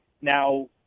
now